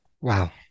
Wow